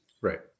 Right